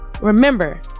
remember